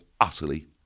utterly